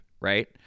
right